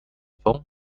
phone